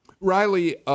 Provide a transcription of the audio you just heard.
Riley